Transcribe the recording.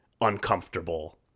uncomfortable